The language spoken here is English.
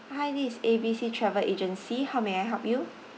hi this is A B C travel agency how may I help you